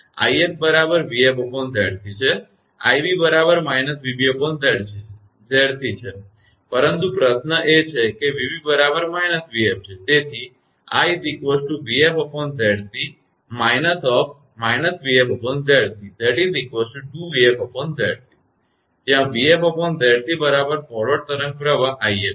તે 𝑖𝑓 બરાબર 𝑣𝑓𝑍𝑐 છે 𝑖𝑏 બરાબર −𝑣𝑏𝑍𝑐 છે પરંતુ પ્રશ્ન એ છે કે 𝑣𝑏 બરાબર −𝑣𝑓 છે તેથી જ્યાં 𝑣𝑓𝑍𝑐 બરાબર ફોરવર્ડ તરંગ પ્રવાહ 𝑖𝑓 છે